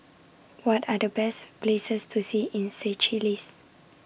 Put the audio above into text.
What Are The Best Places to See in Seychelles